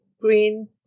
green